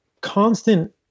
constant